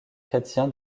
chrétien